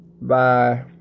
bye